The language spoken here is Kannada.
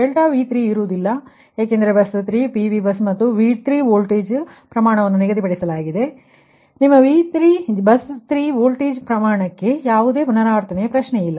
ಆದ್ದರಿಂದ∆V3 ಇರುವುದಿಲ್ಲ ಏಕೆಂದರೆ ಬಸ್ 3 PV ಬಸ್ ಮತ್ತು V3 ವೋಲ್ಟೇಜ್ ಪ್ರಮಾಣವನ್ನು ನಿಗದಿಪಡಿಸಲಾಗಿದೆ ಆದ್ದರಿಂದ ನಿಮ್ಮ ಬಸ್ 3 ವೋಲ್ಟೇಜ್ ಪರಿಮಾಣಕ್ಕೆ ಯಾವುದೇ ಪುನರಾವರ್ತನೆಯ ಪ್ರಶ್ನೆಯಿಲ್ಲ